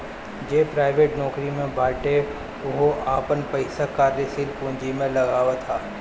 जे प्राइवेट नोकरी में बाटे उहो आपन पईसा कार्यशील पूंजी में लगावत हअ